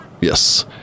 Yes